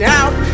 out